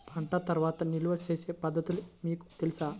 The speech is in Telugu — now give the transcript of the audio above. పంట తర్వాత నిల్వ చేసే పద్ధతులు మీకు తెలుసా?